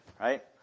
right